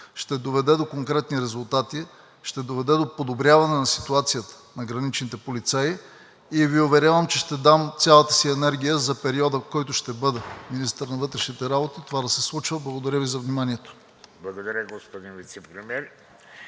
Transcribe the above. ще доведе до конкретни резултати, ще доведе до подобряване на ситуацията на граничните полицаи и Ви уверявам, че ще дам цялата си енергия за периода, в който ще бъда министър на вътрешните работи, това да се случва. Благодаря Ви за вниманието! ПРЕДСЕДАТЕЛ ВЕЖДИ РАШИДОВ: Благодаря, господин Вицепремиер.